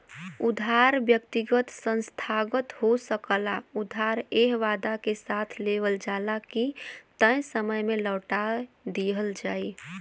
उधार व्यक्तिगत संस्थागत हो सकला उधार एह वादा के साथ लेवल जाला की तय समय में लौटा दिहल जाइ